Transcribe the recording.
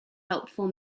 helpful